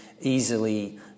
easily